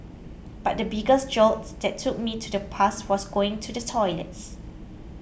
but the biggest jolts that took me to the past was going to the toilets